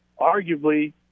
arguably